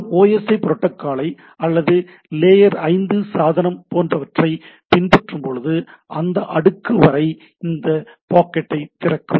நாம் OSI புரொட்டோகாலை அல்லது லேயர் 5 சாதனம் போன்றவற்றை பின்பற்றும் போது அந்த அடுக்கு வரை அது பாக்கெட்டை திறக்கும்